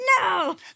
no